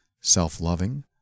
self-loving